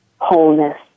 wholeness